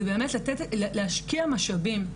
זה באמת להשקיע משאבים,